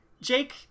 Jake